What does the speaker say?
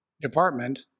department